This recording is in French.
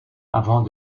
avant